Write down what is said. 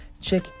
Check